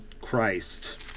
Christ